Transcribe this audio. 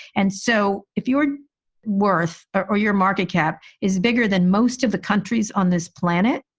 and so if you're worth or your market cap is bigger than most of the countries on this planet,